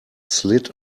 slid